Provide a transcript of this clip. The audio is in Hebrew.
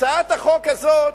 הצעת החוק הזאת,